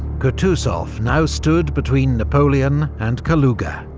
kutuzov now stood between napoleon and kaluga.